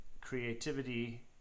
creativity